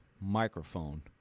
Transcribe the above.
microphone